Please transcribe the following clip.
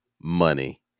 money